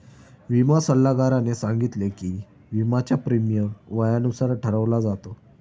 विमा सल्लागाराने सांगितले की, विम्याचा प्रीमियम वयानुसार ठरवला जातो